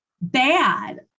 bad